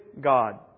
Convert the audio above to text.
God